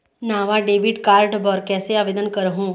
नावा debit card बर कैसे आवेदन करहूं?